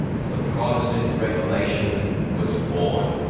and the protestant reformation was born.